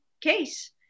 case